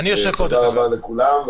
תודה רבה לכולם.